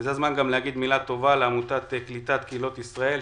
וזה הזמן להגיד מילה טובה לעמותת "קליטת קהילות ישראל",